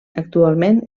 actualment